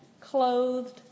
clothed